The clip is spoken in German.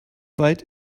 weit